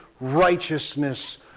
righteousness